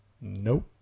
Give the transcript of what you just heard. Nope